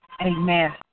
Amen